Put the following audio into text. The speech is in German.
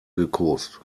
gekost